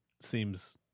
seems